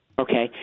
Okay